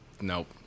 Nope